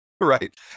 Right